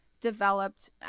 developed